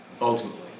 ultimately